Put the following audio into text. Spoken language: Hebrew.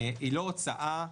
היא לא הוצאה,